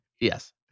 Yes